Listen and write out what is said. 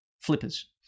flippers